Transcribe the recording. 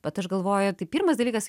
bet aš galvoju tai pirmas dalykas